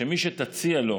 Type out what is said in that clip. שמי שתציע לו